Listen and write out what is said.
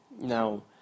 Now